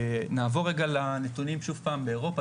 נעבור לנתונים שוב פעם באירופה,